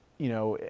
you know,